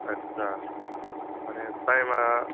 आस्सा माने टाइमआ